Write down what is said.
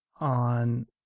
on